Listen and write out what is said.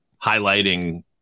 highlighting